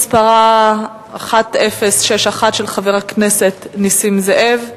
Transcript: האחת מספרה 1061, של חבר הכנסת נסים זאב,